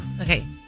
Okay